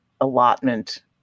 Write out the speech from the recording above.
allotment